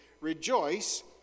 Rejoice